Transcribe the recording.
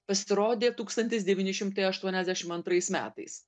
pasirodė tūkstantis devyni šimtai aštuoniasdešim antrais metais